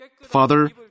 Father